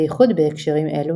בייחוד בהקשרים אלו,